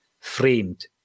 framed